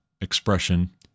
expression